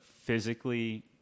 physically